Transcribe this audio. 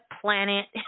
planet